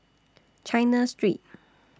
China Street